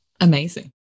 Amazing